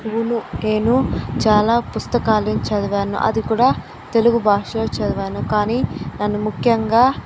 అవును నేను చాలా పుస్తకాలను చదివాను అది కూడా తెలుగు భాషలో చదివాను కాని నన్ను ముఖ్యంగా